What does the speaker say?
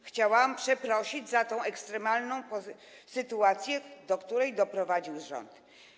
Chciałabym przeprosić za tę ekstremalną sytuację, do której doprowadził rząd.